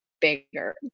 bigger